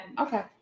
okay